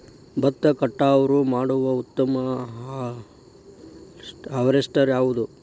ಭತ್ತ ಕಟಾವು ಮಾಡುವ ಉತ್ತಮ ಹಾರ್ವೇಸ್ಟರ್ ಯಾವುದು?